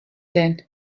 din